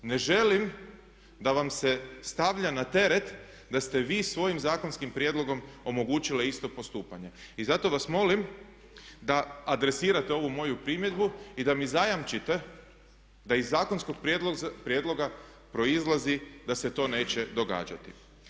Ne želim da vam se stavlja na teret da ste vi svojim zakonskim prijedlogom omogućili isto postupanje i zato vas molim da adresirate ovu moju primjedbu i da mi zajamčite da iz zakonskog prijedloga proizlazi da se to neće događati.